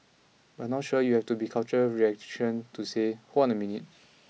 but not sure you have to be cultural reaction to say hold on a minute